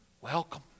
Welcome